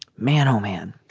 man oh man